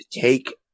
take